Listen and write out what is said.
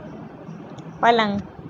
पलंग